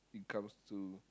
it comes to